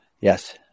Yes